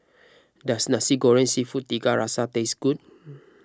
does Nasi Goreng Seafood Tiga Rasa taste good